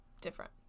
different